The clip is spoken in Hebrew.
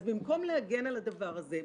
אז במקום להגן על הדבר הזה,